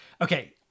Okay